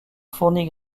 fourni